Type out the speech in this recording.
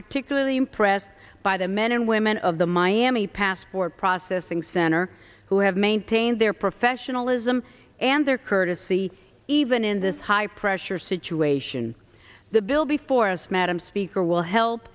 particularly impressed by the men and women of the miami passport processing center who have maintained their professionalism and their courtesy even in this high pressure situation the bill before us madam speaker will help